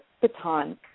baton